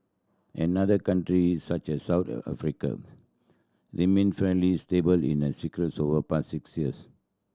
another countries such as South remained fairly stable in their over past six years